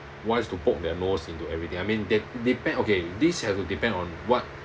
wants to poke their nose into everything I mean de~ depend okay this has to depend on what